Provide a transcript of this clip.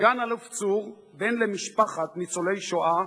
סגן-אלוף צור הרפז, בן למשפחת ניצולי שואה,